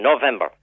November